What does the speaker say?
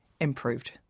improved